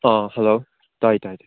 ꯑꯣ ꯍꯜꯂꯣ ꯇꯥꯥꯏ ꯇꯥꯏ ꯇꯥꯏ